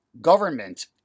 government